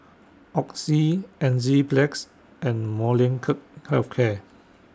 Oxy Enzyplex and Molnylcke Health Care